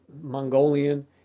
Mongolian